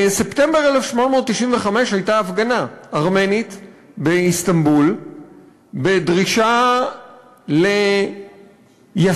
בספטמבר 1895 הייתה הפגנה ארמנית באיסטנבול בדרישה ליישם